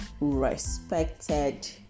respected